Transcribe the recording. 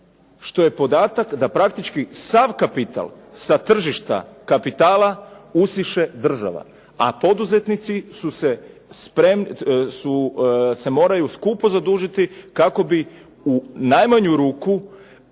Što je podatak da praktički sav kapital sa tržišta kapitala usiše država, a poduzetnici se moraju skupo zadužiti kako bi u najmanju ruku